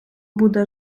буде